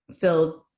filled